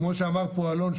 כמו שאמר פה אלון,